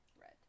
red